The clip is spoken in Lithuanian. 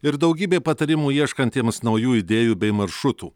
ir daugybė patarimų ieškantiems naujų idėjų bei maršrutų